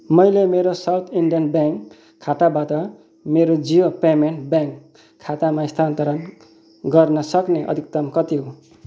मैले मेरो south Indian bank खाताबाट मेरो जियो पेमेन्ट्स ब्याङ्क खातामा स्थानान्तरण गर्न सक्ने अधिकतम कति हो